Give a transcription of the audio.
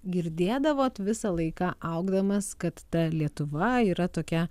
girdėdavot visą laiką augdamas kad ta lietuva yra tokia